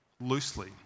Loosely